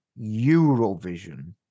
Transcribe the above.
Eurovision